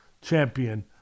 champion